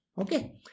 Okay